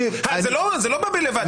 זה לא בא לבד.